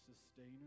sustainer